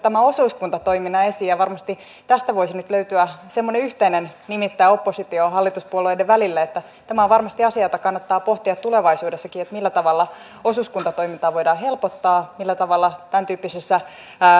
tämän osuuskuntatoiminnan esiin ja varmasti tästä voisi nyt löytyä semmoinen yhteinen nimittäjä opposition ja hallituspuolueiden välille tämä on varmasti asia jota kannattaa pohtia tulevaisuudessakin millä tavalla osuuskuntatoimintaa voidaan helpottaa millä tavalla tämäntyyppisessä